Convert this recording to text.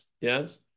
Yes